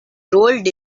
rolled